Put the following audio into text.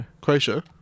Croatia